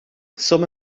some